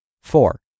Four